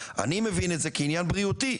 אני מבין את זה כעניין בריאותי.